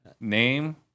name